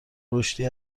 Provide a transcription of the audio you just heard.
رشدی